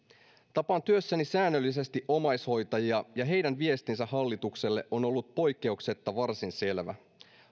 tapaan työssäni säännöllisesti omaishoitajia ja heidän viestinsä hallitukselle on ollut poikkeuksetta varsin selvä